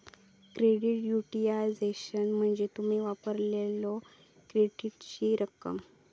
credit utilisation म्हणजे तुम्ही वापरलेल्यो क्रेडिटची रक्कम